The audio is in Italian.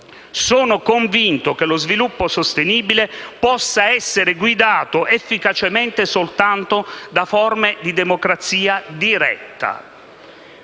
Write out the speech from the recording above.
Sono convinto che lo sviluppo sostenibile possa essere guidato efficacemente soltanto da forme di democrazia diretta.